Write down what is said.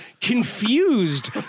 confused